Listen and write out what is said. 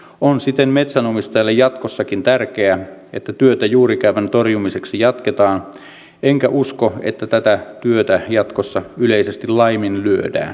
on siten metsänomistajalle jatkossakin tärkeää että työtä juurikäävän torjumiseksi jatketaan enkä usko että tätä työtä jatkossa yleisesti laiminlyödään